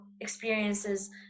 experiences